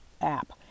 app